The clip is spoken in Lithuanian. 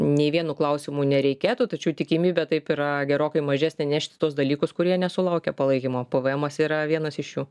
nei vienu klausimu nereikėtų tačiau tikimybė taip yra gerokai mažesnė nešti tuos dalykus kurie nesulaukia palaikymo pvemas yra vienas iš jų